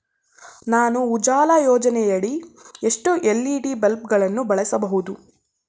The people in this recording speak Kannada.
ನಾನು ಉಜಾಲ ಯೋಜನೆಯಡಿ ಎಷ್ಟು ಎಲ್.ಇ.ಡಿ ಬಲ್ಬ್ ಗಳನ್ನು ಬಳಸಬಹುದು?